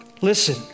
Listen